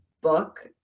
book